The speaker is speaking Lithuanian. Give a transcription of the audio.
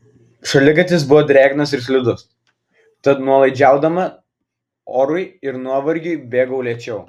šaligatvis buvo drėgnas ir slidus tad nuolaidžiaudama orui ir nuovargiui bėgau lėčiau